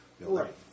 right